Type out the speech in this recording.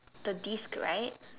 the disc right